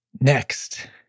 Next